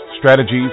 strategies